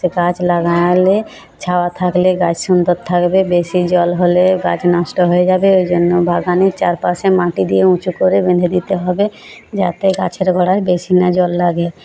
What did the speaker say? সে গাছ লাগালে ছাওয়া থাকলে গাছ সুন্দর থাকবে বেশি জল হলে গাছ নষ্ট হয়ে যাবে ওই জন্য বাগানের চারপাশে মাটি দিয়ে উঁচু করে বেঁধে দিতে হবে যাতে গাছের গোঁড়ায় বেশি না জল লাগে